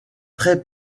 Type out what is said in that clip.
très